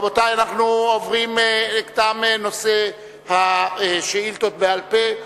רבותי, תם נושא השאילתות בעל-פה.